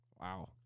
Wow